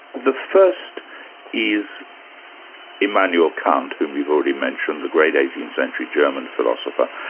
the first is immanuel kant, whom you've already mentioned, the great eighteenth century german philosopher,